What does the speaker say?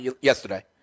yesterday